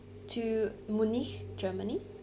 to munich germany